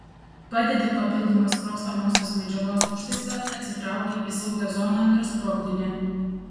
padedi papildomą sprogstamosios medžiagos užtaisą atsitrauki į saugią zoną ir sprogdini